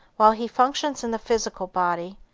while he functions in the physical body,